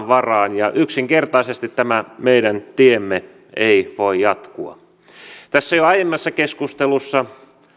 varaan ja yksinkertaisesti tämä meidän tiemme ei voi jatkua tässä jo aiemmassa keskustelussa